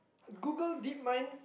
Google DeepMind